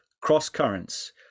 cross-currents